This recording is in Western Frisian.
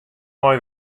mei